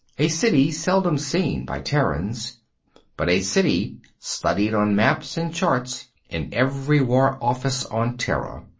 a city seldom seen by terrans but a city studied on maps and charts in every war office on terra.